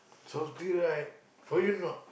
salty right for you not